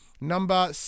number